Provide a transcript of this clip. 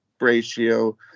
ratio